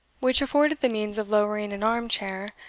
which afforded the means of lowering an arm-chair,